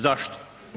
Zašto?